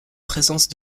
présence